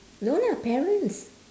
no lah parents